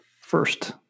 First